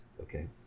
okay